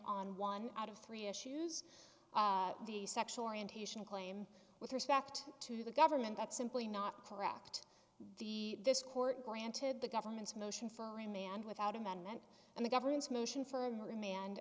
on one out of three issues the sexual orientation claim with respect to the government that's simply not correct the this court granted the government's motion for a man without amendment and the government's motion for